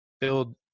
build